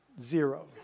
zero